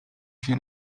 się